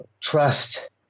trust